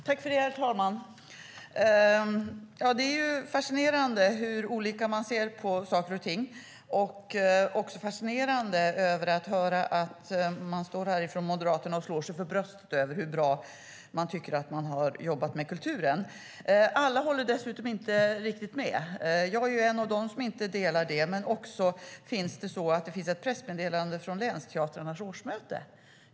Herr talman! Det är fascinerande hur olika man ser på saker och ting. Det är också fascinerande att höra Moderaterna stå här och slå sig för bröstet över hur bra man tycker att man har jobbat med kulturen. Alla håller dessutom inte riktigt med om det. Jag är en av dem som inte delar den uppfattningen. Det finns också ett pressmeddelande från Länsteatrarnas årsmöte.